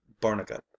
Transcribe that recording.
Barnegat